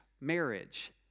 marriage